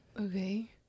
Okay